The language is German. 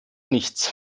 nichts